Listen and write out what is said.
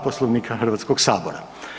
Poslovnika Hrvatskog sabora.